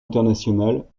international